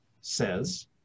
says